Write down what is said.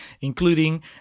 including